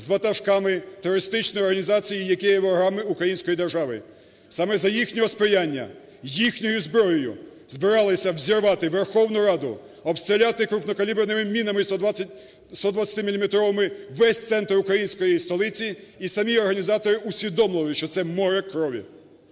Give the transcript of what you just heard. з ватажками терористичної організації, які є ворогами української держави. Саме за їхнього сприяння, їхньою зброєю збиралися взірвати Верховну Раду, обстріляти крупнокаліберними мінами 120-міліметровими весь центр української столиці. І самі організатори усвідомили, що це море крові,